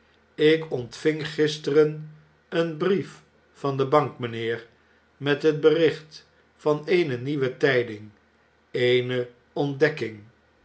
lk ontving gisteren een brief van debank mynheer met het bericht van eene nieuwe tijding eene ontdekking